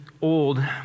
old